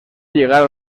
llegar